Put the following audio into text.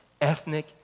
ethnic